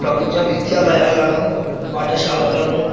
ప్రభుత్వ విద్యాలయాలను పాఠశాలలను